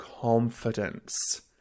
confidence